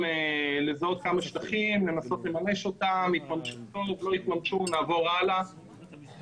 הניהול הזה הוא ניהול חכם ונכון,